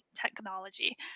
technology